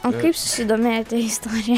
o kaip susidomėjote istorija